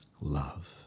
love